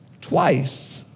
twice